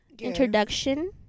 introduction